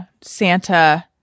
Santa